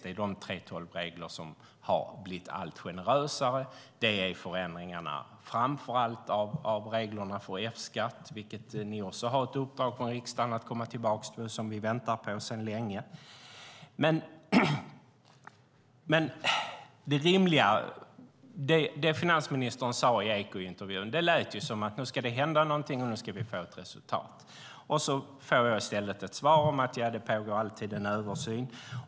Det handlar om de 3:12-regler som har blivit allt generösare och framför allt om förändringarna av reglerna för F-skatt, där ni har ett uppdrag från riksdagen som vi väntar på sedan länge att ni ska återkomma med. Det som finansministern sade i Ekointervjun lät som att det nu ska hända någonting och att vi ska få ett resultat. I stället får jag ett svar om att det alltid pågår en översyn.